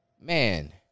man